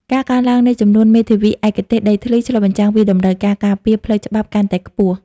ការកើនឡើងនៃចំនួនមេធាវីឯកទេសដីធ្លី ឆ្លុះបញ្ចាំងពីតម្រូវការការពារផ្លូវច្បាប់កាន់តែខ្ពស់។